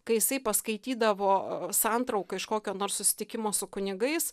kai jisai paskaitydavo santrauką iš kokio nors susitikimo su kunigais